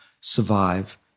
survive